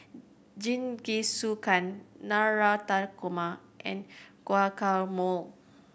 Jingisukan Navratan Korma and Guacamole